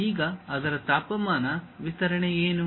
ಈಗ ಅದರ ತಾಪಮಾನ ವಿತರಣೆ ಏನು